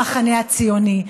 המחנה הציוני,